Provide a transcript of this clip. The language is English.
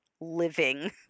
living